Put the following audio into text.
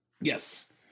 Yes